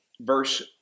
verse